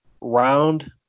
round